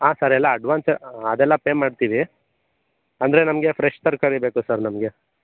ಹಾಂ ಸರ್ ಎಲ್ಲ ಅಡ್ವಾನ್ಸ್ ಅದೆಲ್ಲ ಪೇ ಮಾಡ್ತೀವಿ ಅಂದರೆ ನಮಗೆ ಫ್ರೆಶ್ ತರಕಾರಿ ಬೇಕು ಸರ್ ನಮಗೆ